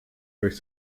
durch